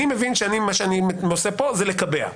אני מבין שמה שאני עושה כאן זה לקבע.